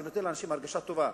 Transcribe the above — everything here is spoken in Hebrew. זה נותן לאנשים הרגשה טובה,